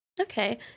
Okay